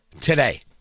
today